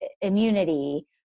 immunity